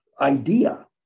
idea